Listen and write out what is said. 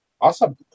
Awesome